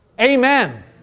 Amen